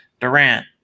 Durant